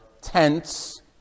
tents